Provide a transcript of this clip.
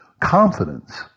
confidence